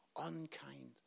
unkind